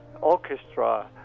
orchestra